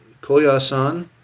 Koyasan